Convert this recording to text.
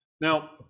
Now